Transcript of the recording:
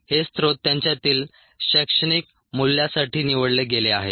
हे स्त्रोत त्यांच्यातील शैक्षणिक मूल्यासाठी निवडले गेले आहेत